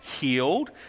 healed